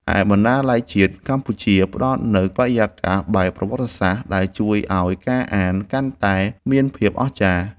ឯបណ្ណាល័យជាតិកម្ពុជា ផ្ដល់នូវបរិយាកាសបែបប្រវត្តិសាស្ត្រដែលជួយឱ្យការអានកាន់តែមានភាពអស្ចារ្យ។